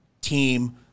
team